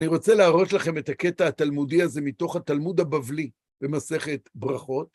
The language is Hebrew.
אני רוצה להראות לכם את הקטע התלמודי הזה מתוך התלמוד הבבלי במסכת ברכות.